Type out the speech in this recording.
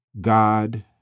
God